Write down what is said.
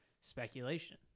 speculation